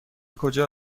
کجا